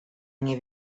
nie